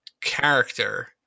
character